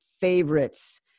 favorites